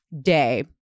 day